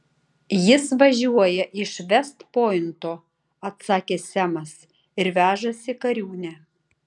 jis važiuoja iš vest pointo atsakė semas ir vežasi kariūnę